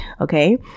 okay